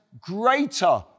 greater